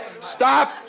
Stop